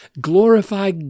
glorify